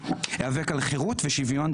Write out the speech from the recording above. מבטל אותה לחלוטין,